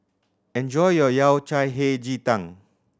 enjoy your Yao Cai Hei Ji Tang